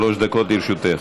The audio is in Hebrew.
שלוש דקות לרשותך.